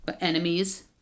enemies